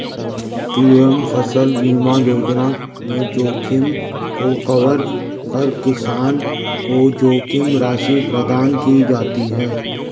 PM फसल बीमा योजना में जोखिम को कवर कर किसान को जोखिम राशि प्रदान की जाती है